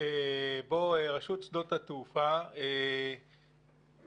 שבו רשות שדות התעופה ממליצה